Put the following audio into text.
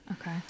Okay